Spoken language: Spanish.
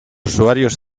usuarios